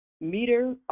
Meter